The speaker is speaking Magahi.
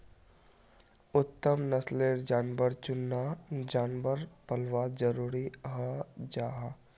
उत्तम नस्लेर जानवर चुनना जानवर पल्वात ज़रूरी हं जाहा